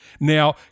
Now